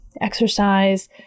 exercise